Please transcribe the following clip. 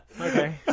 Okay